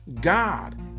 God